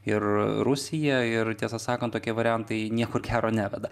ir rusija ir tiesą sakant tokie variantai nieko gero neveda